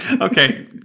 Okay